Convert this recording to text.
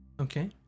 Okay